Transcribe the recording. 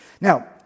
Now